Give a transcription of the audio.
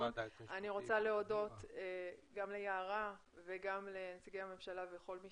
אני רוצה להודות גם ליערה וגם לנציגי הממשלה וכל מי